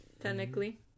technically